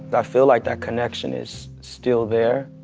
i feel like that connection is still there.